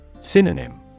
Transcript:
Synonym